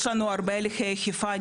יש לנו הרבה הליכי אכיפה.